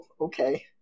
okay